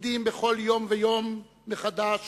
עומדים בכל יום ויום מחדש